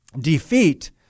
defeat